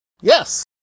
Yes